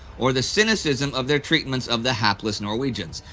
or the cynicism of their treatments of the hapless norwegians.